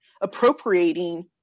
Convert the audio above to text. appropriating